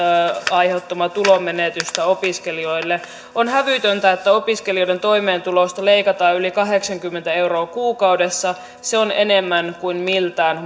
aiheuttamaa tulonmenetystä opiskelijoille on hävytöntä että opiskelijoiden toimeentulosta leikataan yli kahdeksankymmentä euroa kuukaudessa se on enemmän kuin miltään